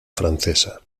francesa